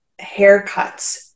haircuts